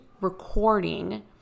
recording